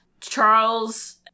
Charles